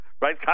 right